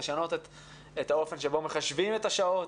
לשנות את האופן שבו מחשבים את השעות.